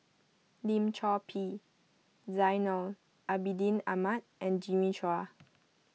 Lim Chor Pee Zainal Abidin Ahmad and Jimmy Chua